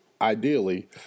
ideally